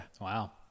Wow